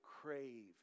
crave